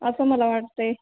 असं मला वाटतं आहे